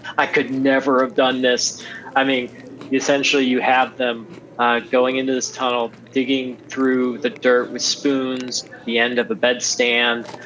i could never have done this i mean essentially you have them ah going into this tunnel, digging through the dirt with spoons, the end of a bed stand,